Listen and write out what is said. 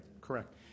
Correct